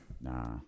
Nah